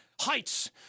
heights